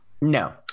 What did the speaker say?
No